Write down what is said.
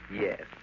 yes